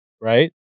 right